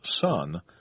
son